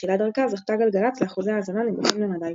בתחילת דרכה זכתה גלגלצ לאחוזי האזנה נמוכים למדי,